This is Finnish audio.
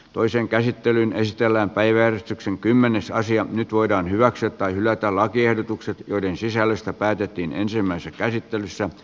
toisen käsittelyn estellä päivystyksen kymmenessä asia nyt voidaan hyväksyä tai hylätä lakiehdotukset joiden sisällöstä päätettiin ensimmäisessä käsittelyssä